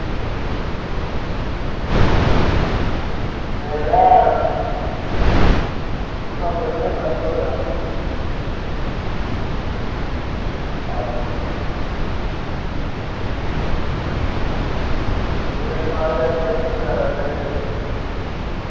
जेह्ड़ा दिसंबर म्हीनै दी पैह्ली दौ आं ते सारे डेकोरेशन बगैरा ते